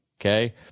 Okay